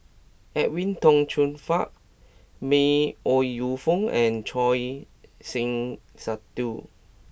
Edwin Tong Chun Fai May Ooi Yu Fen and Choor Singh Sidhu